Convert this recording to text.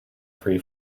free